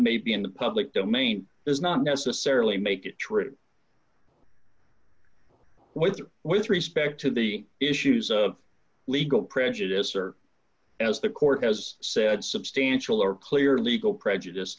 may be in the public domain does not necessarily make it true what's with respect to the issues of legal prejudice or as the court has said substantial or clear legal prejudice